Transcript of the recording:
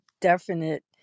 definite